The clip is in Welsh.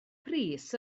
pris